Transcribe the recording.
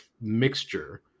mixture